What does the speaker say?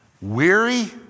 Weary